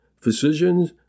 Physicians